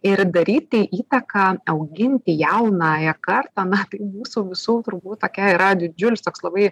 ir daryti įtaką auginti jaunąją kartą na tai mūsų visų turbūt tokia yra didžiulis toks labai